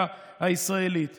אם ימלא את הבטחתו, זהו,